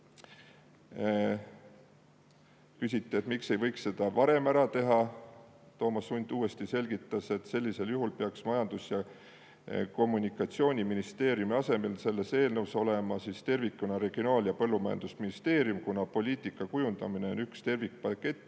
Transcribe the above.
Küsiti, et miks ei võiks seda varem ära teha. Toomas Unt selgitas uuesti, et sellisel juhul peaks Majandus- ja Kommunikatsiooniministeeriumi asemel selles eelnõus olema tervikuna Regionaal- ja Põllumajandusministeerium, kuna poliitika kujundamine on tervikpakett